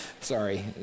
sorry